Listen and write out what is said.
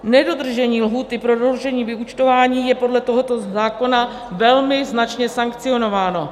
Nedodržení lhůty pro doručení vyúčtování je podle tohoto zákona velmi značně sankcionováno.